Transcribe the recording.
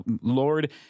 lord